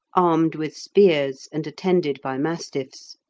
armed with spears, and attended by mastiffs.